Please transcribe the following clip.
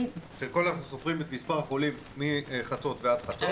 כשכל יום אנחנו סופרים את מס' החולים מחצות ועד חצות.